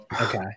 Okay